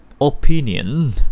opinion